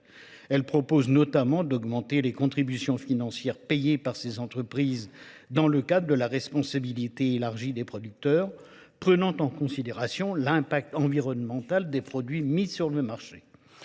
Elle propose notamment d'augmenter les contributions financières payées par ces entreprises dans le cadre de la responsabilité élargie des producteurs, prenant en considération l'impact environnemental des produits mis sur le marché.